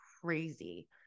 crazy